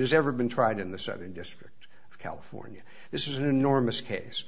has ever been tried in the southern district of california this is an enormous case